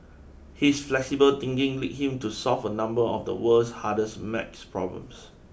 his flexible thinking lead him to solve a number of the world's hardest math problems